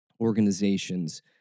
organizations